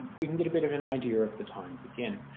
we can get a bit of an idea of the times again.